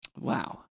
Wow